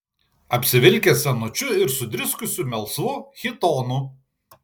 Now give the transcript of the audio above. apsivilkęs senučiu ir sudriskusiu melsvu chitonu